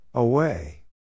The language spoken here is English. Away